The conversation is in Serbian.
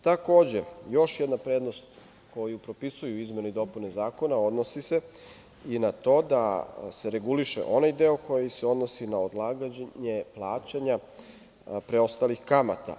Takođe, još jedna prednost koju propisuju izmene i dopune zakona se odnosi na to da se reguliše onaj deo koji se odnosi na odlaganje plaćanja preostalih kamata.